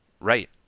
Right